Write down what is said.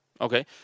Okay